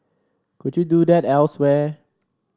could you do that elsewhere